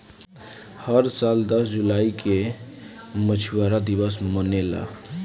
हर साल भारत मे दस जुलाई के मछुआरा दिवस मनेला